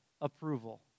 approval